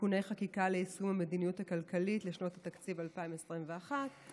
(תיקוני חקיקה ליישום המדיניות הכלכלית לשנות התקציב 2021 ו-2022),